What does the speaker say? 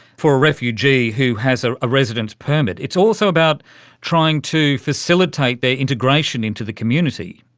for a refugee who has ah a residence permit, it's also about trying to facilitate their integration into the community.